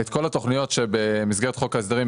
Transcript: את כל התכניות בתחום הדיור שבמסגרת חוק ההסדרים.